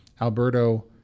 Alberto